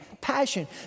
passion